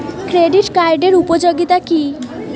Credit কার্ডের উপযোগিতা কি?